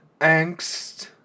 angst